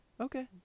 Okay